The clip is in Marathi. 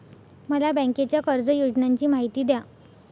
मला बँकेच्या कर्ज योजनांची माहिती द्या